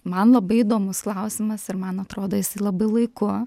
man labai įdomus klausimas ir man atrodo jisai labai laiku